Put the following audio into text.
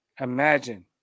imagine